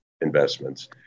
investments